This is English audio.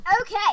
Okay